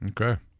Okay